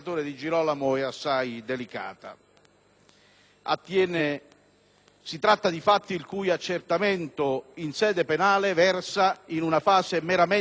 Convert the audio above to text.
Si tratta di fatti il cui accertamento in sede penale versa in una fase meramente investigativa, in cui il senatore Di Girolamo invoca